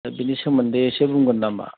दा बेनि सोमोन्दै इसे बुंगोन नामा